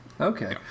okay